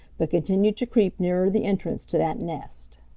but continued to creep nearer the entrance to that nest.